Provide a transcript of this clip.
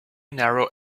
narrow